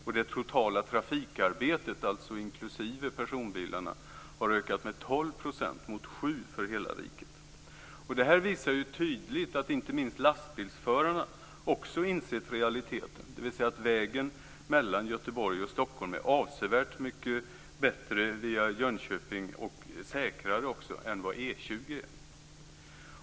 Och det totala trafikarbetet, alltså inklusive personbilarna, har ökat med 12 % mot 7 % för hela riket. Detta visar ju tydligt att inte minst lastbilsförarna också insett realiteten, dvs. att vägen mellan Göteborg och Stockholm via Jönköping är avsevärt mycket bättre och säkrare än E 20.